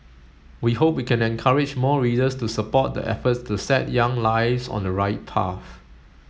we hope we can encourage more readers to support the efforts to set young lives on the right path